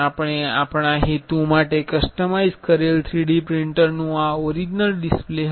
આપણે આપણા હેતુ માટે કસ્ટમાઇઝ કરેલ 3D પ્રિંટરનું આ ઓરિજિનલ ડિસપ્લે હતું